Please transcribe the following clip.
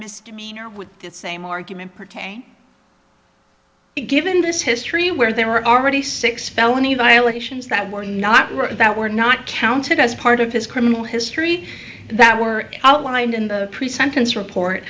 misdemeanor with that same argument pertaining given this history where there were already six felony violations that were not that were not counted as part of his criminal history that were outlined in the pre sentence report